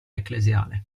ecclesiale